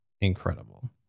incredible